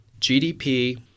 GDP